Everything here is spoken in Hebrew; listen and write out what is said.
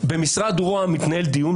במשרד רוה"מ מתנהל דיון,